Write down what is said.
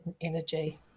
energy